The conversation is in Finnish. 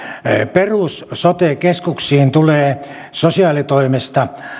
perussote keskuksiin tulee sosiaalitoimesta